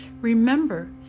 Remember